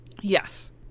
Yes